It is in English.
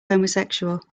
homosexual